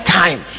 time